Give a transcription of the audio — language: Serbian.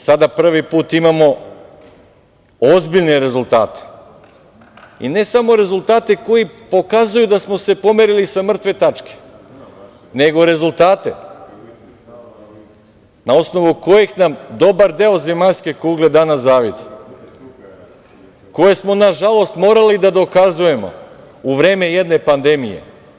Sada prvi put imamo ozbiljne rezultate i ne samo rezultate koji pokazuju da smo se pomerili sa mrtve tačke, nego rezultate na osnovu kojih nam dobar deo zemaljske kugle danas zavidi, a koje smo, nažalost, morali da dokazujemo u vreme jedne pandemije.